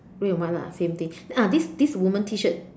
red and white lah same thing ah this this woman T shirt